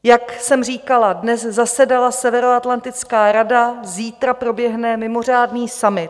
Jak jsem říkala, dnes zasedala Severoatlantická rada, zítra proběhne mimořádný summit.